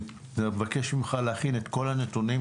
נבקש ממך להכין את כל הנתונים,